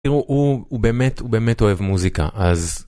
הוא הוא באמת הוא באמת אוהב מוזיקה אז